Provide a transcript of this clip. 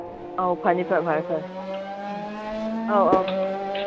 ꯑꯧ ꯐꯅꯤ ꯐꯔꯦ ꯐꯔꯦ ꯑꯧ ꯑꯧ